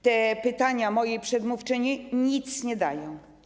Te pytania mojej przedmówczyni nic nie dają.